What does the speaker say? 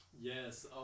Yes